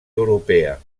europea